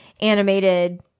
animated